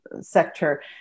sector